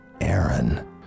Aaron